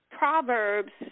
Proverbs